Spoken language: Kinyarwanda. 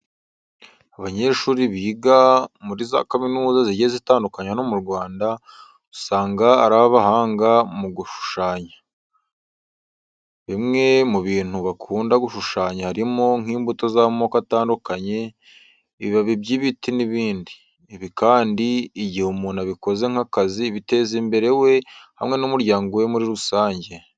Abanyeshuri biga muri za kaminuza zigiye zitandukanye hano mu Rwanda usanga ari abahanga mu gushushanya. Bimwe mu bintu bakunda gushushanya harimo nk'imbuto z'amoko atandukanye, ibibabi by'ibiti n'ibindi. Ibi kandi igihe umuntu abikoze nk'akazi biteza imbere we hamwe n'umuryango we muri rusange.